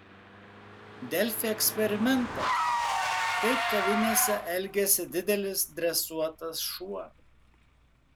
delfi eksperimentas kaip kavinėse elgiasi didelis dresuotas šuo